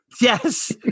Yes